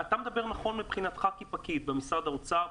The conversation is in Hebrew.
אתה מדבר נכון מבחינתך כפקיד במשרד האוצר,